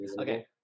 Okay